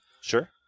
Sure